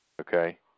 okay